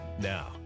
Now